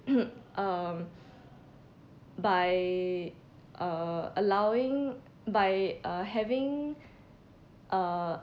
um by uh allowing by uh having uh